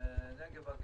בנגב ובגליל.